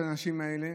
של האנשים האלה,